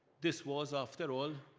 this was, after all,